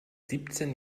siebzehn